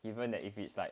even if it's like